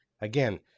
again